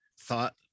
thought